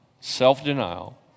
Self-denial